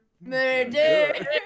Murder